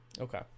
Okay